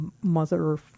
mother